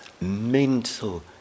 mental